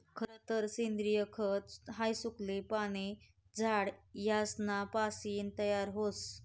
खरतर सेंद्रिय खत हाई सुकेल पाने, झाड यासना पासीन तयार व्हस